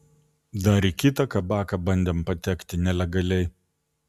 dar į kitą kabaką bandėm patekti nelegaliai